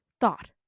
thought